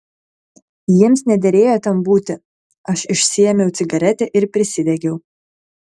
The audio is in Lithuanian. jiems nederėjo ten būti aš išsiėmiau cigaretę ir prisidegiau